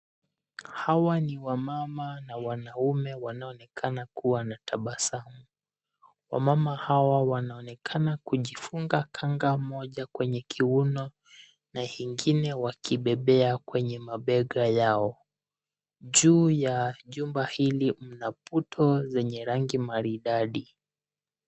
Hawa ni wamama na wanaume wanaonekana kuwa na tabasamu. Wamama hawa wanaonekana kujifunga kanga moja kwenye kiuno na ingine wakibebea kwenye mabega yao. Juu ya jumba hili mna puto zenye rangi maridadi.